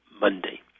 Monday